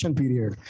period